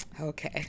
okay